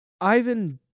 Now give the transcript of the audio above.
Ivan